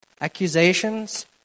Accusations